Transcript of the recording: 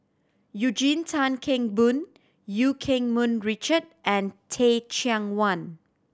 Eugene Tan Kheng Boon Eu Keng Mun Richard and Teh Cheang Wan